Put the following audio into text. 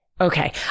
Okay